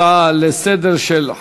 הצעות לסדר-היום מס' 3094,